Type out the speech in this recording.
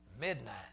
Midnight